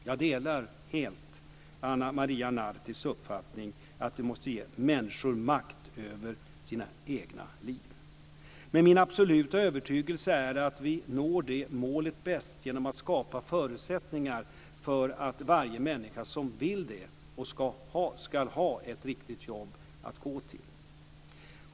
Jag delar helt Ana Maria Nartis uppfattning att vi måste ge människor makt över sina egna liv. Men min absoluta övertygelse är att vi når det målet bäst genom att skapa förutsättningar för att varje människa som vill det ska ha ett riktigt jobb att gå till.